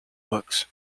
books